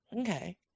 Okay